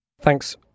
Thanks